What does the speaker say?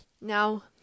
Now